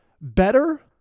better